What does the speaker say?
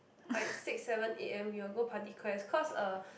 like six seven A_M we will go party quest cause uh